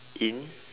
in